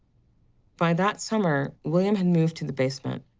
by that summer, william had moved to the basement.